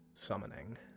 summoning